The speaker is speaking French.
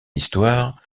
histoire